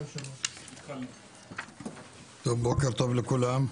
טוב בוקר טוב לכולם.